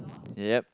yup